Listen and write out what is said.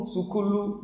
Sukulu